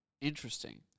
interesting